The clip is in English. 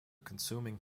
consuming